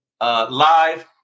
live